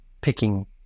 picking